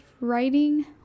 writing